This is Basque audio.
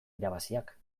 irabaziak